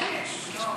חברת החשמל בחוץ?